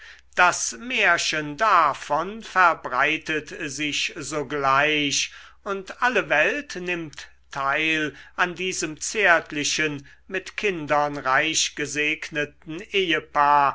das märchen davon verbreitet sich sogleich und alle welt nimmt teil an diesem zärtlichen mit kindern reich gesegneten ehepaar